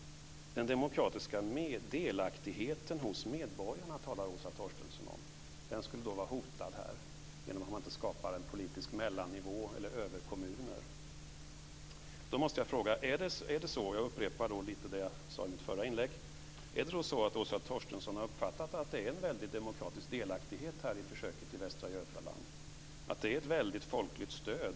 Den demokratiska delaktigheten hos medborgarna talar Åsa Torstensson om. Den skulle vara hotad genom att man inte skapar en politisk mellannivå eller överkommuner. Då måste jag fråga, och jag upprepar lite av det som jag sade i mitt förra inlägg: Är det så att Åsa Torstensson har uppfattat att det är en väldig demokratisk delaktighet i försöket i Västra Götaland? Är det ett väldigt folkligt stöd?